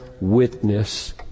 witness